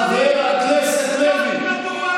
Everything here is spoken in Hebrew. חבר הכנסת לוי, אני קורא אותך לסדר פעם שנייה.